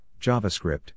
JavaScript